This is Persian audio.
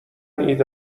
ایده